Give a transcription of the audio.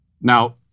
Now